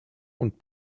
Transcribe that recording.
und